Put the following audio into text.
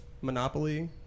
Monopoly